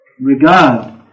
regard